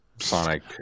Sonic